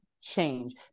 change